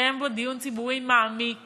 שיתקיים בו דיון ציבורי מעמיק